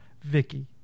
Vicky